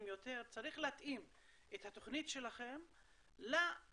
יותר צריך להתאים את התוכנית שלכם לצרכים.